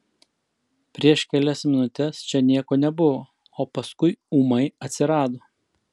prieš kelias minutes čia nieko nebuvo o paskui ūmai atsirado